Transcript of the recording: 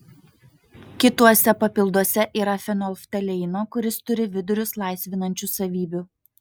kituose papilduose yra fenolftaleino kuris turi vidurius laisvinančių savybių